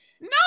No